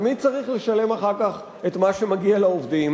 ומי צריך לשלם אחר כך את מה שמגיע לעובדים?